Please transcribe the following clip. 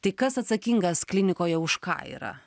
tai kas atsakingas klinikoje už ką yra